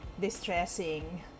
distressing